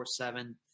24-7